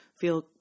feel